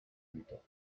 güter